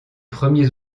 premiers